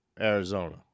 Arizona